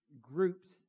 groups